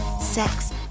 sex